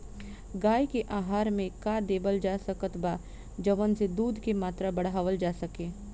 गाय के आहार मे का देवल जा सकत बा जवन से दूध के मात्रा बढ़ावल जा सके?